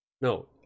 No